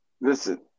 Listen